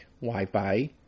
Wi-Fi